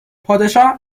پادشاه